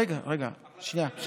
רגע, רגע, שנייה.